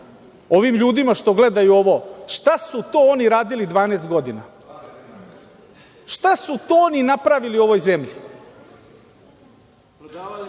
ovim ljudima što gledaju ovo – šta su to oni radili 12 godina? Šta su to oni napravili u ovoj zemlji?